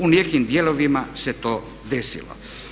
U nekim dijelovima se to desilo.